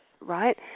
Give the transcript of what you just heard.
right